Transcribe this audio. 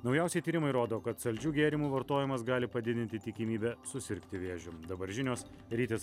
naujausi tyrimai rodo kad saldžių gėrimų vartojimas gali padidinti tikimybę susirgti vėžiu dabar žinios rytis